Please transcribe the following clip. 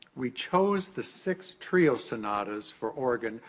we chose the six trio sonatas for organ,